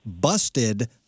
busted